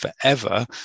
forever